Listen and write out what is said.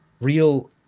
real